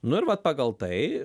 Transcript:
nu ir vat pagal tai